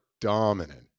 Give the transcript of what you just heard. dominant